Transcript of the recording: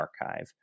archive